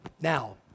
Now